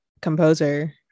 composer